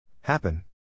Happen